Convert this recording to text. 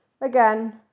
again